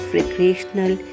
recreational